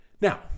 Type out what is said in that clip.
Now